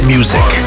Music